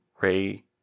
Ray